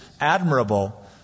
admirable